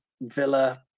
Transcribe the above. Villa